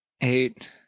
Eight